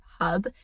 hub